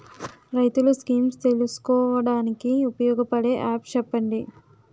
రైతులు స్కీమ్స్ తెలుసుకోవడానికి ఉపయోగపడే యాప్స్ చెప్పండి?